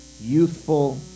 youthful